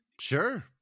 Sure